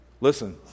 Listen